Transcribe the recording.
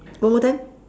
one more time